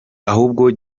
ahubwo